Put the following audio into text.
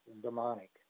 demonic